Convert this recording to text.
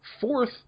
fourth